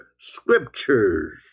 scriptures